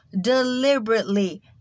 Deliberately